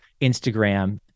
Instagram